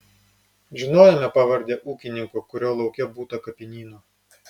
žinojome pavardę ūkininko kurio lauke būta kapinyno